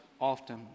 often